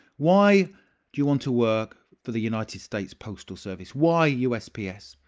why do you want to work for the united states postal service? why usps?